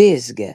vėzge